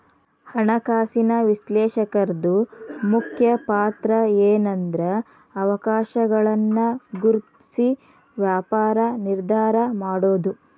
ಹಣಕಾಸಿನ ವಿಶ್ಲೇಷಕರ್ದು ಮುಖ್ಯ ಪಾತ್ರಏನ್ಂದ್ರ ಅವಕಾಶಗಳನ್ನ ಗುರ್ತ್ಸಿ ವ್ಯಾಪಾರ ನಿರ್ಧಾರಾ ಮಾಡೊದು